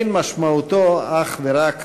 אין משמעותו אך ורק